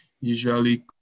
usually